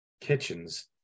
kitchens